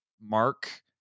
mark